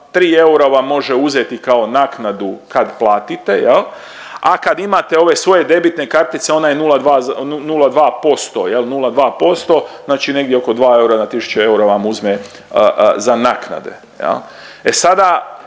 3 eura vam može uzeti kao naknadu kad platite jel, a kad imate ove svoje debitne kartice, ona je 0,2% jel, 0,2% znači negdje oko 2 eura na tisuću eura vam uzme za naknade jel. E sada